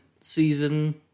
season